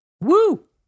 Woo